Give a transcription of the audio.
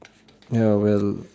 ya well